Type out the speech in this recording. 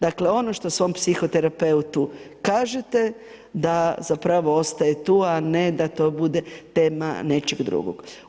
Dakle ono što svom psihoterapeutu kažete da zapravo ostaje tu a ne da to bude tema nečeg drugog.